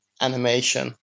animation